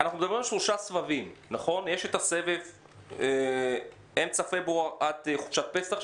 אנחנו מדברים על שלושה סבבים: יש את הסבב של אמצע פברואר עד חופשת פסח,